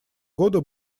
годы